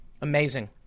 Amazing